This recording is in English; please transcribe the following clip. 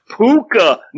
Puka